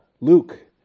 Luke